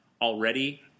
already